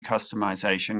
customization